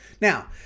Now